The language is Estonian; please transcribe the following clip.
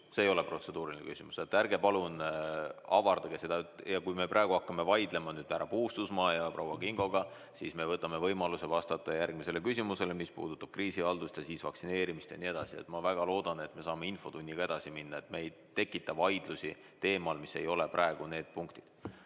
See ei ole protseduuriline küsimus. Ärge palun avardage seda. Ja kui me praegu hakkame vaidlema nüüd härra Puustusmaa ja proua Kingoga, siis me võtame võimaluse vastata järgmisele küsimusele, mis puudutab kriisihaldust, ja siis edasi küsimusele, mis puudutab vaktsineerimist jne. Ma väga loodan, et me saame infotunniga edasi minna ega tekita vaidlusi teemal, mis ei ole praegu need punktid.